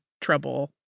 trouble